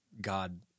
God